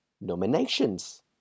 nominations